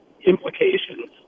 implications